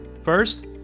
first